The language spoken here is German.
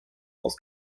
aus